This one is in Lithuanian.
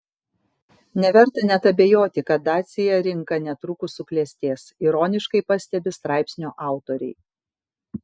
neverta net abejoti kad dacia rinka netrukus suklestės ironiškai pastebi straipsnio autoriai